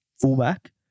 fullback